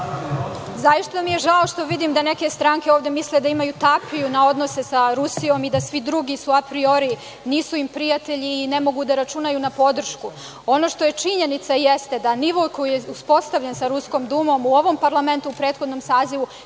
Zaista mi je žao što vidim da neke stranke ovde misle da imaju tapiju na odnose sa Rusijom i da svi drugi su apriori, nisu im prijatelji i ne mogu da računaju na podršku. Ono što je činjenica jeste da nivo koji je uspostavljen sa Ruskom Dumom u ovom parlamentu u prethodnom sazivu,